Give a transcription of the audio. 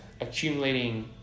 accumulating